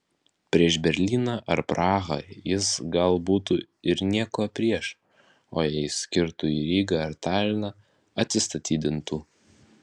prieš berlyną ar prahą jis gal būtų ir nieko prieš o jei skirtų į rygą ar taliną atsistatydintų